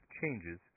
changes